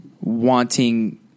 wanting